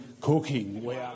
cooking